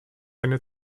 eine